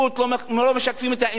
לא משקפים את האמת.